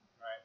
Right